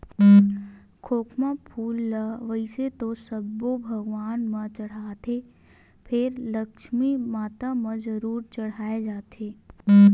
खोखमा फूल ल वइसे तो सब्बो भगवान म चड़हाथे फेर लक्छमी माता म जरूर चड़हाय जाथे